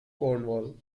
cornwall